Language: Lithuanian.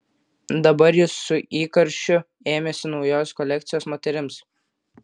dabar jis su įkarščiu ėmėsi naujos kolekcijos moterims